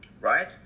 right